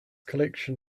collection